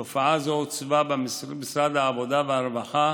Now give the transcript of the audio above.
תופעה זו הוצבה במשרד העבודה והרווחה